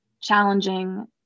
challenging